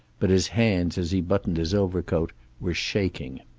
but his hands as he buttoned his overcoat were shaking.